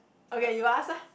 okay you ask ah